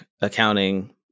accounting